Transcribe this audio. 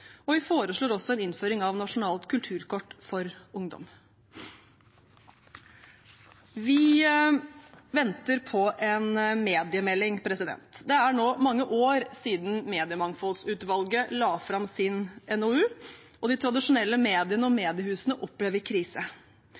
og vi foreslår også innføring av et nasjonalt kulturkort for ungdom. Vi venter på en mediemelding. Det er nå mange år siden mediemangfoldsutvalget la fram sin NOU, og de tradisjonelle mediene og mediehusene opplever krise.